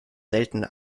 selten